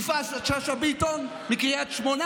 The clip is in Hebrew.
יפעת שאשא ביטון מקריית שמונה?